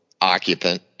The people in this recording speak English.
occupant